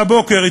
מהבוקר.